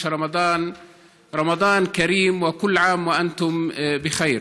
הרמדאן רמדאן כרים וכול עאם ואנתום בח'יר.